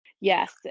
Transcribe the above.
Yes